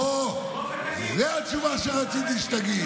בוא ותגיד, אוה, זו התשובה שרציתי שתגיד.